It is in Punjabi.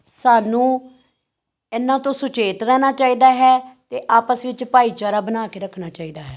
ਸਾਨੂੰ ਇਹਨਾਂ ਤੋਂ ਸੁਚੇਤ ਰਹਿਣਾ ਚਾਹੀਦਾ ਹੈ ਅਤੇ ਆਪਸ ਵਿੱਚ ਭਾਈਚਾਰਾ ਬਣਾ ਕੇ ਰੱਖਣਾ ਚਾਹੀਦਾ ਹੈ